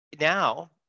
now